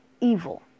evil